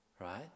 Right